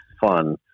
fun